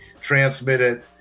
transmitted